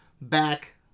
back